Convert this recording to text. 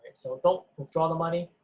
so don't withdraw the money,